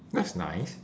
that's nice